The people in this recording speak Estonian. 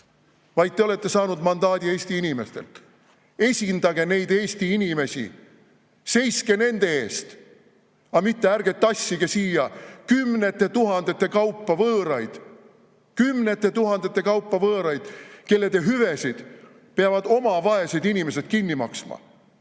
vaid te olete saanud mandaadi Eesti inimestelt. Esindage neid Eesti inimesi! Seiske nende eest, aga mitte ärge tassige siia kümnete tuhandete kaupa võõraid – kümnete tuhandete kaupa võõraid, kellede hüvesid peavad oma vaesed inimesed kinni maksma.